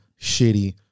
shitty